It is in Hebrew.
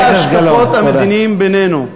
בהבדלי ההשקפות המדיניים בינינו,